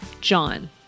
John